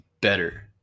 better